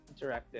interactive